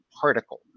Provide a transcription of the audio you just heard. particle